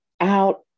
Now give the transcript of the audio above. out